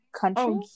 country